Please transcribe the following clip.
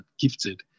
gifted